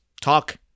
talk